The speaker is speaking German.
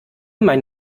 mein